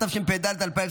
התשפ"ד 2024,